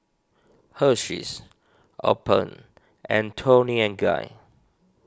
Hersheys Alpen and Toni and Guy